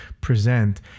present